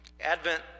Advent